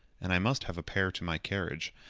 and i must have a pair to my carriage,